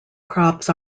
crops